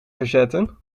verzetten